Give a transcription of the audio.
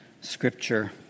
Scripture